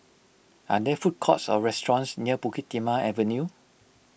are there food courts or restaurants near Bukit Timah Avenue